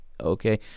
okay